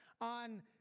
on